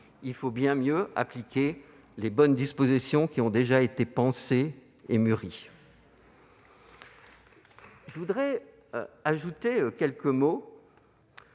ferions bien mieux d'appliquer les bonnes dispositions qui ont déjà été pensées et mûries. Je tiens à ajouter quelques mots,